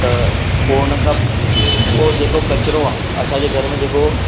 पोइ हुन खां पोइ जेको कचिरो आहे असांजे घर में जेको